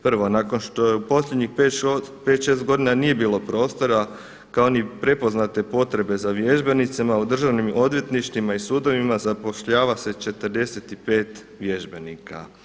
Prvo, nakon što je u posljednjih pet, šest godina nije bilo prostora kao ni prepoznate potrebe za vježbenicima u Državnim odvjetništvima i sudovima zapošljava se 45 vježbenika.